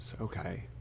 okay